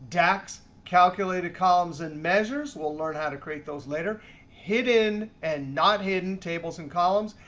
dax calculated columns and measures we'll learn how to create those later hidden and not hidden tables and columns,